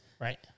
Right